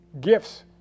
gifts